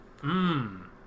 Mmm